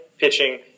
Pitching